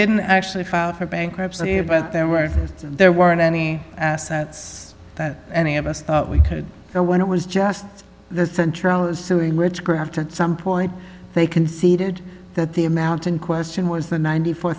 didn't actually file for bankruptcy but there were there weren't any assets that any of us thought we could hear when it was just the central is suing rich grafter at some point they conceded that the amount in question was the ninety four